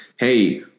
hey